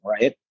right